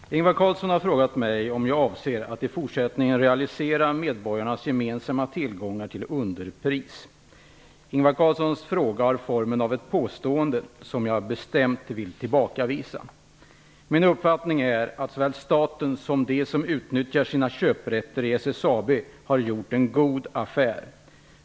Fru talman! Ingvar Carlsson har frågat mig om jag avser att i fortsättningen realisera medborgarnas gemensamma tillgångar till underpris. Ingvar Carlssons fråga har formen av ett påstående, som jag bestämt vill tillbakavisa. Min uppfattning är att såväl staten som de som utnyttjar sina köprätter i SSAB har gjort en god affär.